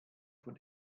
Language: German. von